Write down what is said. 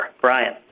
Brian